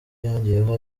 yongeyeko